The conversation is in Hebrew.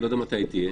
לא יודע מתי היא תהיה.